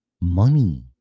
money